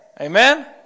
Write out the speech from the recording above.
Amen